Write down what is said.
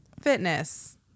Fitness